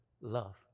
love